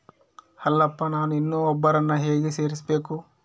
ಅಲ್ಲಪ್ಪ ನಾನು ಇನ್ನೂ ಒಬ್ಬರನ್ನ ಹೇಗೆ ಸೇರಿಸಬೇಕು?